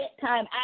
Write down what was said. time